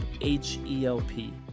H-E-L-P